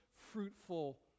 fruitful